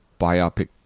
biopic